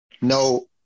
no